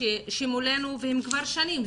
שהם מולנו כבר שנים,